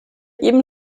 eben